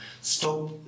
stop